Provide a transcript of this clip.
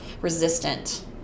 resistant